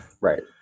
right